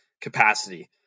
capacity